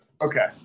Okay